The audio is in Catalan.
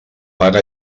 paga